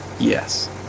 Yes